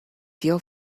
feel